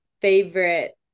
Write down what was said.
favorite